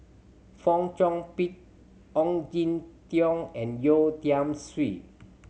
Fong Chong Pik Ong Jin Teong and Yeo Tiam Siew